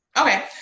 Okay